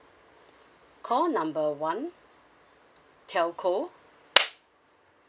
call number one telco